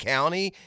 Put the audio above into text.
County